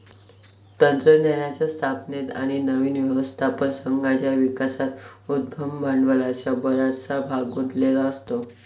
तंत्रज्ञानाच्या स्थापनेत आणि नवीन व्यवस्थापन संघाच्या विकासात उद्यम भांडवलाचा बराचसा भाग गुंतलेला असतो